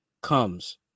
comes